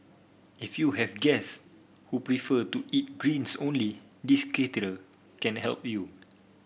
if you have guest who prefer to eat greens only this caterer can help you